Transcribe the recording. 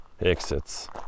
Exits